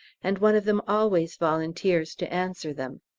and one of them always volunteers to answer them.